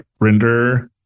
render